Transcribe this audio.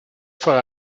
for